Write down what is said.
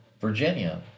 Virginia